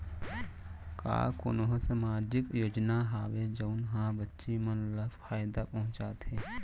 का कोनहो सामाजिक योजना हावय जऊन हा बच्ची मन ला फायेदा पहुचाथे?